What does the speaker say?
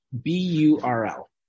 B-U-R-L